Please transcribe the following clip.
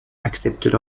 acceptent